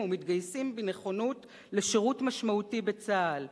ומתגייסים בנכונות לשירות משמעותי בצה"ל,